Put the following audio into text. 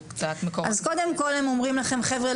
אז קודם כל הם אומרים לכם חבר'ה,